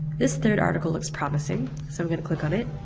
this third article looks promising, so i'm going to click on it.